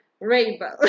rainbow